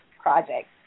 projects